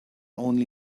only